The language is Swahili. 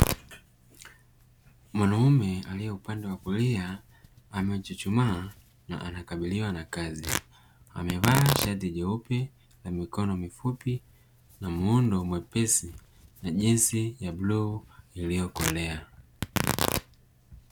Mwanaume aliye upande wa kulia amechuchumaa na anakabiliwa na kazi, amevaa shati jeupe la mikono mifupi na muundo mwepesi na jinzi ya bluu iliyokolea.